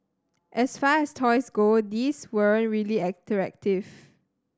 as far as toys go these weren't really interactive